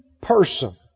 person